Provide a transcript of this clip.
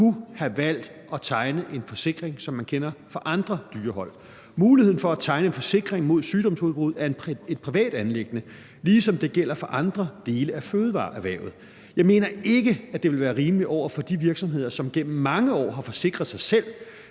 kunne have valgt at tegne en forsikring, som man kender det fra andre dyrehold. Muligheden for at tegne en forsikring mod sygdomsudbrud er et privat anliggende, ligesom det gælder for andre dele af fødevareerhvervet. Jeg mener ikke, at det vil være rimeligt over for de virksomheder, som gennem mange år har forsikret sig selv,